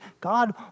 God